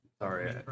Sorry